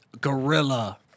gorilla